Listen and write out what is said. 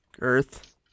Earth